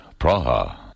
Praha